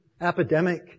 epidemic